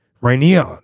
Rainier